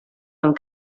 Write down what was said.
amb